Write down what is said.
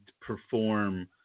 perform